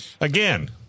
again